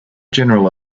general